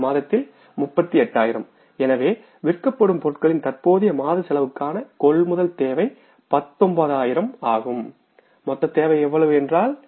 இந்த மாதத்தில் 38000 எனவே விற்கப்படும் பொருட்களின் தற்போதைய மாத செலவுக்கான கொள்முதல் தேவை 19000 ஆகும்மொத்த தேவை எவ்வளவு என்றால்